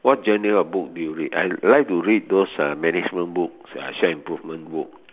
what genre of book do you read I like to read those uh management book self improvement book